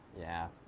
yeah.